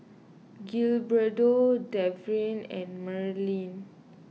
Gilberto Trevion and Marylyn